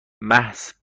محض